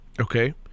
Okay